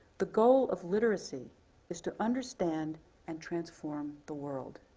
the goal of literacy is to understand and transform the world.